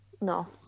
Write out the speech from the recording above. no